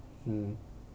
mm